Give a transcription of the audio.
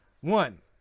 One